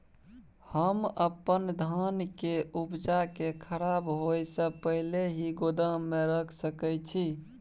हम अपन धान के उपजा के खराब होय से पहिले ही गोदाम में रख सके छी?